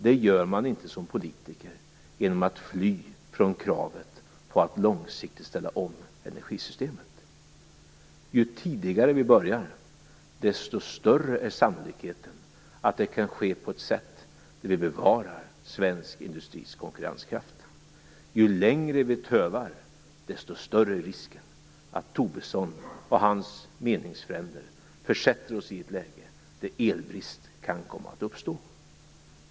Det gör man inte som politiker genom att fly från kravet på att långsiktigt ställa om energisystemet. Ju tidigare vi börjar, desto större är sannolikheten att det kan ske på ett sätt där vi bevarar svensk industris konkurrenskraft. Ju längre vi tövar, desto större är risken att Tobisson och hans meningsfränder försätter oss i ett läge där elbrist kan komma att uppstå.